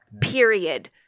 Period